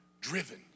driven